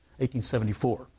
1874